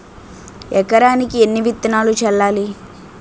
ఎకరానికి ఎన్ని విత్తనాలు చల్లాలి?